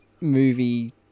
movie